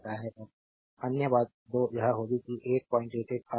और अन्य बात 2 यह होगी कि 888 आ जाएगा